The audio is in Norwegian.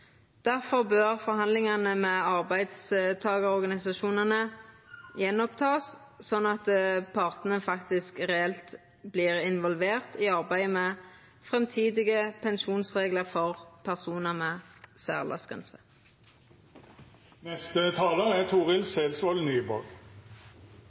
bør forhandlingane med arbeidstakarorganisasjonane takast opp att slik at partane faktisk reelt vert involverte i arbeidet med framtidige pensjonsreglar for personar med særaldersgrense. Kristeleg Folkeparti er